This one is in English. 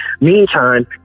Meantime